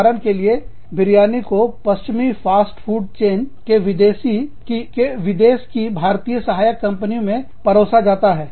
उदाहरण के लिए बिरयानी को पश्चिमी फास्ट फूड चेन के विदेशी की भारतीय सहायक कंपनियों में परोसा जाता है